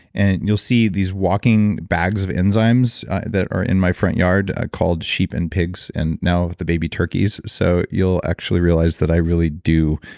and you'll see these walking bags of enzymes that are in my front yard called sheep and pigs and now with the baby turkeys. so you'll actually realize that i really do